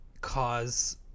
cause